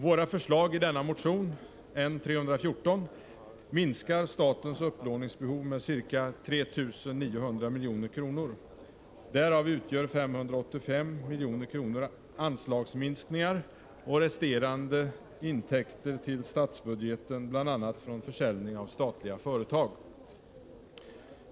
Våra förslag i denna motion minskar statens upplåningsbehov med ca 3 900 milj.kr. Därav utgör 585 milj.kr. anslagsminskningar och resterande intäkter till statsbudgeten bl.a. från försäljning av statliga företag.